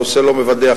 הנושא לא מבדח,